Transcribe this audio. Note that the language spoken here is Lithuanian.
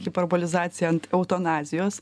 hiperbolizacija ant eutanazijos